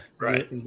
Right